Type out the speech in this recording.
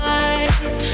eyes